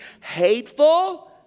hateful